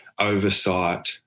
oversight